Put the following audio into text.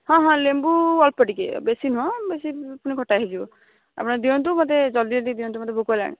ହଁ ହଁ ଲେମ୍ବୁ ଅଳ୍ପ ଟିକିଏ ବେଶୀ ନୁହଁ ବେଶୀ ପୁଣି ଖଟା ହେଇଯିବ ଆପଣ ଦିଅନ୍ତୁ ମୋତେ ଜଲଦି ଜଲଦି ଦିଅନ୍ତୁ ମୋତେ ଭୋକ ହେଲାଣି